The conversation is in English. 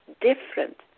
different